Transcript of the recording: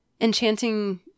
enchanting